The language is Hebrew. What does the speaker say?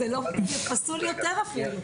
זה פסול יותר אפילו.